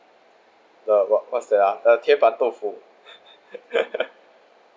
uh what's what's that uh the tie pan tofu